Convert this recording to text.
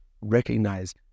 recognize